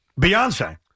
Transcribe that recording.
Beyonce